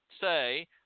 say